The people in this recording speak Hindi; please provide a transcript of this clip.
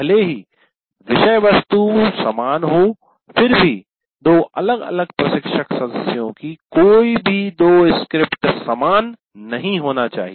भले ही विषय वस्तु समान हो फिर भी दो अलग अलग प्रशिक्षक सदस्यों की कोई भी दो स्क्रिप्ट समान नहीं होना चाहिए